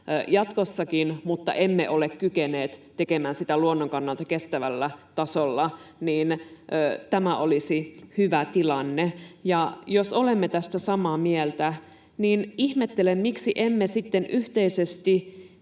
jatkossakin, mutta emme ole kyenneet tekemään sitä luonnon kannalta kestävällä tasolla, niin tämä olisi hyvä tilanne. Ja jos olemme tästä samaa mieltä, niin ihmettelen, miksi emme sitten yhteisesti